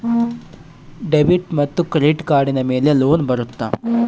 Debit ಮತ್ತು credit ಕಾರ್ಡಿನ ಮೇಲೆ ಲೋನ್ ಬರುತ್ತಾ?